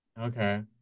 Okay